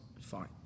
Fine